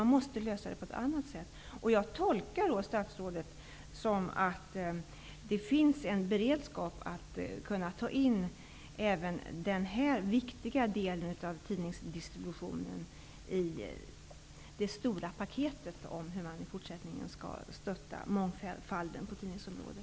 Man måste lösa detta på annat sätt, och jag tolkar statsrådet som att det finns en beredskap att kunna ta in även den här aktualiserade viktiga delen av tidningsdistributionen i det stora paketet om hur man i fortsättningen skall stötta mångfalden på tidningsområdet.